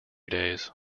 days